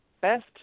best